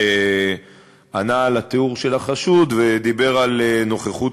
שענה על התיאור של החשוד ודיבר על נוכחות